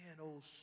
old